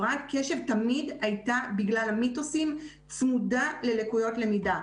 הפרעת קשב תמיד הייתה בגלל המיתוסים צמודה ללקויות למידה,